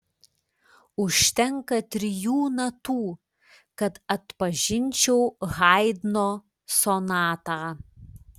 užtenka trijų natų kad atpažinčiau haidno sonatą